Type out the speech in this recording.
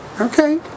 okay